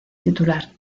titular